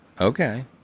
Okay